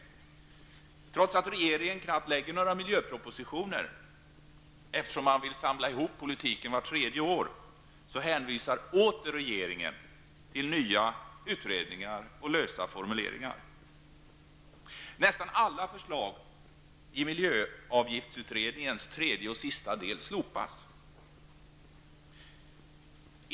Trots att regeringen knappast lägger fram några miljöpropositioner, eftersom man vill samla ihop politiken vart tredje år, hänvisar regeringen åter till nya utredningar och lösa formuleringar. Nästan alla förslag i miljöavgiftsutredningens tredje och sista del slopas.